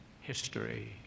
history